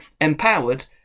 empowered